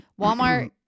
Walmart